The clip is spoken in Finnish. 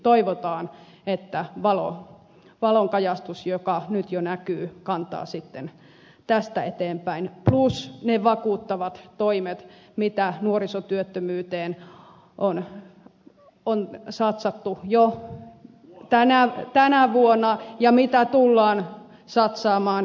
toivotaan että valonkajastus joka nyt jo näkyy kantaa sitten tästä eteenpäin plus ne vakuuttavat toimet mitä nuorisotyöttömyyteen on satsattu jo tänä vuonna ja mitä tullaan satsaamaan edelleenkin